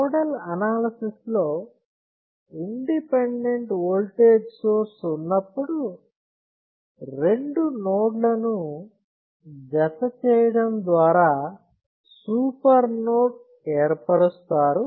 nodal analysis లో independent voltage source ఉన్నప్పుడు రెండు నోడ్ లను జత చేయడం ద్వారా సూపర్ నోడ్ ఏర్పరుస్తారు